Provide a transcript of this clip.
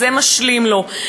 וזה משלים לו.